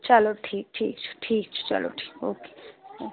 چلو ٹھیٖک ٹھیٖک چھُ ٹھیٖک چھُ چلو ٹھیٖک او کے